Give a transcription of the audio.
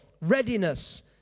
readiness